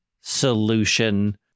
solution